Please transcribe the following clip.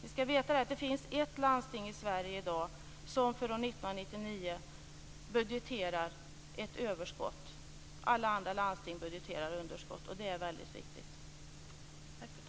Vi skall veta att det i dag finns ett landsting i Sverige som för år 1999 budgeterar ett överskott. Alla andra landsting budgeterar underskott. Det är väldigt viktigt.